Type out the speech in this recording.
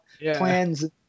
plans